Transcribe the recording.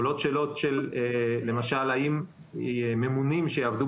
עולות שאלות של למשל האם ממונים שיעבדו